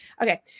okay